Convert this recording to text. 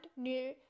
new